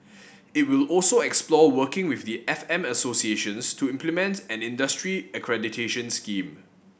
it will also explore working with the F M associations to implement and industry accreditation scheme